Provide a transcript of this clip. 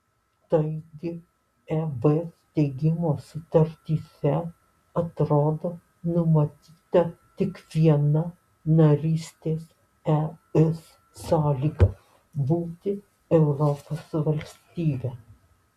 taigi eb steigimo sutartyse atrodo numatyta tik viena narystės es sąlyga būti europos valstybe